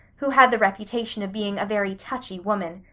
who had the reputation of being a very touchy woman.